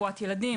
רפואת ילדים,